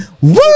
Woo